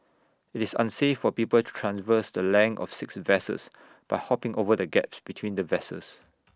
IT is unsafe for people to traverse the length of six vessels by hopping over the gaps between the vessels